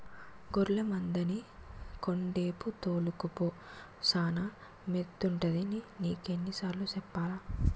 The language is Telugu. గొర్లె మందని కొండేపు తోలుకపో సానా మేతుంటదని నీకెన్ని సార్లు సెప్పాలా?